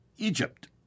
Egypt